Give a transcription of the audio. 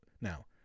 Now